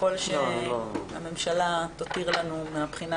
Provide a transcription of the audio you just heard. ככל שהממשלה תותיר לנו מבחינה